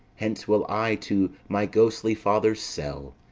hence will i to my ghostly father's cell,